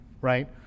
right